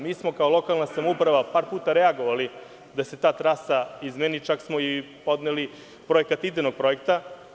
Mi smo kao lokalna samouprava par puta reagovali da se ta trasa izmeni, čak smo i podneli projekat idejnog projekta.